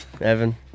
Evan